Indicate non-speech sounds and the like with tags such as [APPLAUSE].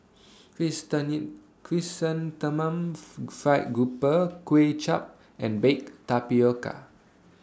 [UNINTELLIGIBLE] Chrysanthemum [NOISE] Fried Grouper Kway Chap and Baked Tapioca